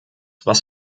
was